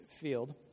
field